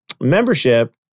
membership